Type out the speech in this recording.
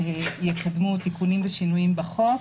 יקדמו תיקונים ושינויים בחוק,